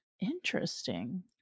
Interesting